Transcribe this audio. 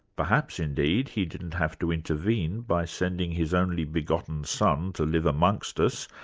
perhaps indeed he didn't have to intervene by sending his only begotten son to live amongst us,